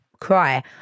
cry